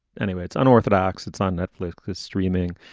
anyway, it's unorthodox. it's on netflix streaming.